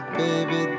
baby